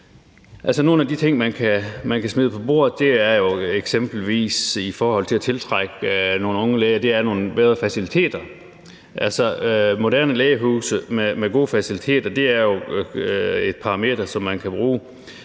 nogle af de ting, man kan smide på bordet, eksempelvis i forhold til at tiltrække nogle unge læger, er nogle bedre faciliteter. Altså, moderne lægehuse med gode faciliteter er jo et parameter, som man kan bruge.